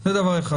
זה דבר אחד.